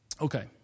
Okay